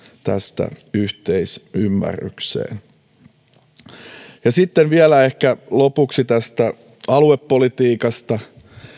tästä yhteisymmärrykseen sitten vielä lopuksi ehkä aluepolitiikasta